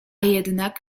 jednak